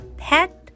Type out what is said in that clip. pet